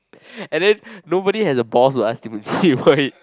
and then nobody have the balls to ask him to see about it